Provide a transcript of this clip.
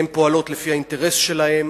הן פועלות לפי האינטרס שלהן.